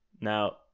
Now